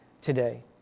today